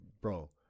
bro